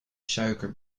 suiker